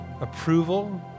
approval